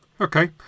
Okay